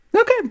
Okay